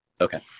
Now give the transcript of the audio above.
Okay